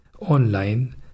online